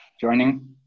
joining